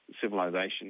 civilization